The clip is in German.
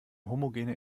homogene